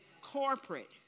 corporate